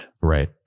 Right